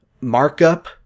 markup